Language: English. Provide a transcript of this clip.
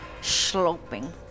sloping